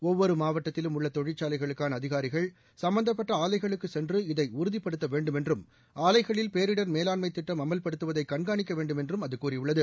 ஒவ்வொரு மாவட்டத்திலும் உள்ள தொழிற்சாலைகளுக்கான அதிகாரிகள் சம்பந்தப்பட்ட ஆலைகளுக்கு சென்று இதை உறுதிபடுத்த வேண்டும் என்றும் ஆலைகளில் பேரிடர் மேலாண்மை திட்டம் அமல்படுத்துவதை கண்காணிக்க வேண்டும் என்றும் அது கூறியுள்ளது